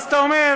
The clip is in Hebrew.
אז אתה אומר,